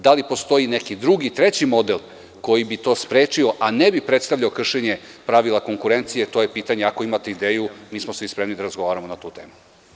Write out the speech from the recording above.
Da li postoji neki drugi, treći model koji bi to sprečio, a ne bi predstavljao kršenje pravila konkurencije, to je pitanje, ako imate ideju, mi smo svi spremni da razgovaramo na tu temu.